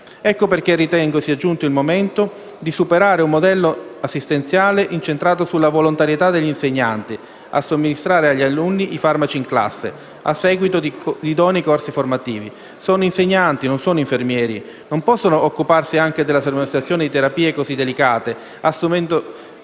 Ecco perché ritengo sia ormai giunto il momento di superare un modello assistenziale incentrato sulla "volontarietà" degli insegnanti a somministrare agli alunni i farmaci in classe, a seguito di idonei corsi formativi. Sono insegnanti non infermieri! Non possono occuparsi anche della somministrazione di terapie così delicate, assumendosi